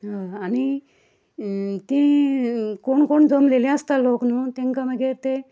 आनी तें कोण कोण जमलेले आसता लोक न्हय तेंकां मागीर ते